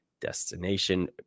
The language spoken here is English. destination